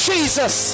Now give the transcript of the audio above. Jesus